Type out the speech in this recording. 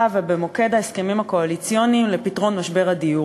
ובמוקד ההסכמים הקואליציוניים לפתרון משבר הדיור.